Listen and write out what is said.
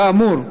כאמור,